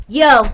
yo